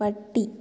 പട്ടി